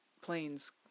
planes